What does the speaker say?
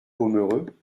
pomereux